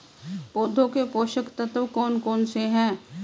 पौधों के पोषक तत्व कौन कौन से हैं?